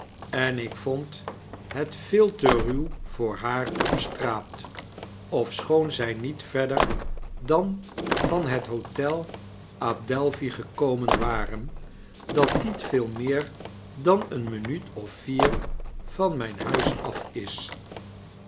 vrouwtje enik vond het veel te ruw voor haar op straat ofschoon zij niet verder dan van het hotel adelphi gekomen waren dat niet veel meer dan eene minuut of vier van mijn huis af is